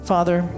Father